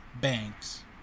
Banks